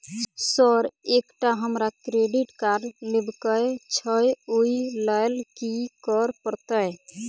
Sir एकटा हमरा credit card लेबकै छैय ओई लैल की करऽ परतै?